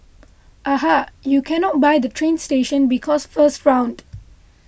aha you cannot buy the train station because first round